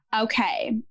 Okay